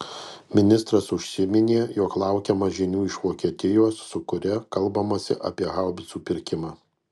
ministras užsiminė jog laukiama žinių iš vokietijos su kuria kalbamasi apie haubicų pirkimą